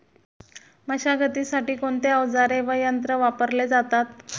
मशागतीसाठी कोणते अवजारे व यंत्र वापरले जातात?